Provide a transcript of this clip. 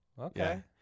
Okay